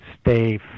stay